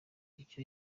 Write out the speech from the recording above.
icyo